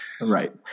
right